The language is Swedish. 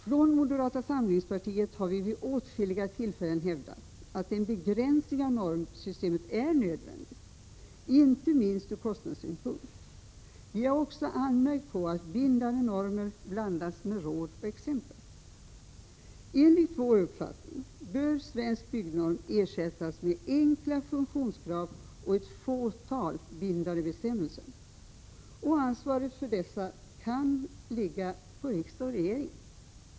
Från moderata samlingspartiet har vi vid åtskilliga tillfällen hävdat att en begränsning av normsystemet är nödvändig, inte minst ur kostnadssynpunkt. Vi har också anmärkt på att bindande normer blandas med råd och exempel. Enligt vår uppfattning bör Svensk byggnorm ersättas med enkla funktionskrav och ett fåtal bindande bestämmelser. Ansvaret för dessa kan ligga på riksdag och regering.